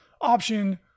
option